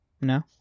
No